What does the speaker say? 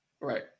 Right